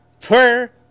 Prayer